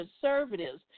conservatives